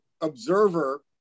observer